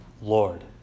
Lord